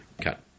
Cut